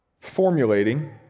formulating